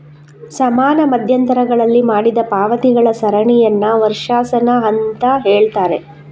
ಸಮಾನ ಮಧ್ಯಂತರಗಳಲ್ಲಿ ಮಾಡಿದ ಪಾವತಿಗಳ ಸರಣಿಯನ್ನ ವರ್ಷಾಶನ ಅಂತ ಹೇಳ್ತಾರೆ